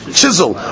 chisel